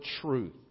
truth